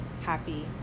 happy